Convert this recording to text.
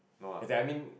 as in I mean